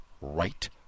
right